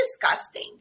disgusting